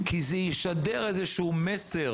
כי זה ישדר איזשהו מסר